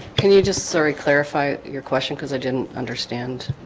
can you just sorry clarify your question because i didn't understand